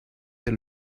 der